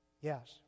Yes